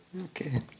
Okay